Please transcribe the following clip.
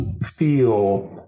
feel